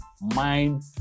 mind